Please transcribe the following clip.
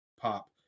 pop